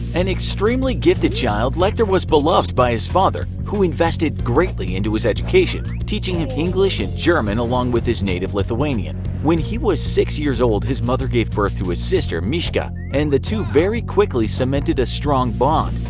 an extremely gifted child, lecter was beloved by his father who invested greatly into his education, teaching him english and german along with his native lithuanian. when he was six years old his mother gave birth to his sister, mischa, and the two very quickly cemented a strong bond.